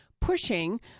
pushing